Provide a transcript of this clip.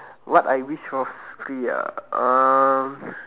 what I wish for free ah um